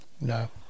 No